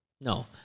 No